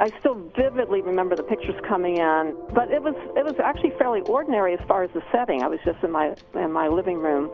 i still vividly remember the pictures coming in but it was it was actually fairly ordinary as far as the setting. i was just in my and my living room